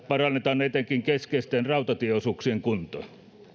parannetaan etenkin keskeisten rautatieosuuksien kuntoa